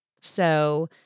So-